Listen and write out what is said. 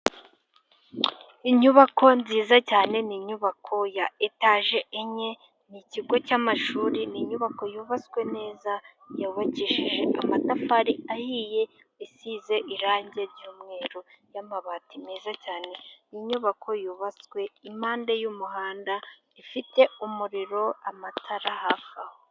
Inyubako nziza cyane, ni inyubako ya etaje enye, ni ikigo cy'amashuri, ni inyubako yubatswe neza, yabakishije amatafari ahiye, isize irangi ry'umweru, y'amabati meza cyane. Ni nyubako yubatswe iruhande rw'umuhanda, ifite umuriro, amatara hafi aho.